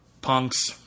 punks